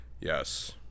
yes